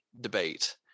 debate